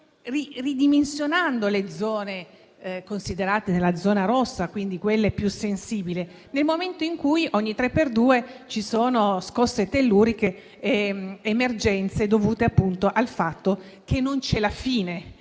ridimensionando le aree incluse nella zona rossa, quella più sensibile, nel momento in cui ogni tre per due ci sono scosse telluriche ed emergenze dovute al fatto che non c'è la fine